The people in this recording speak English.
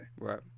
Right